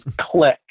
click